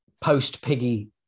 post-Piggy